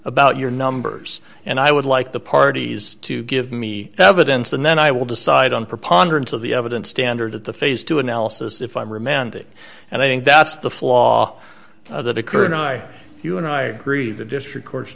about your numbers and i would like the parties to give me evidence and then i will decide on preponderance of the evidence standard at the phase two analysis if i'm remanded and i think that's the flaw that occurred and i you and i agree the district court